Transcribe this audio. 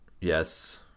Yes